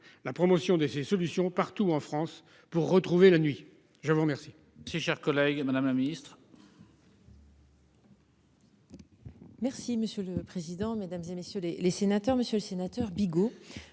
la promotion des solutions partout en France pour retrouver la nuit je vous remercie.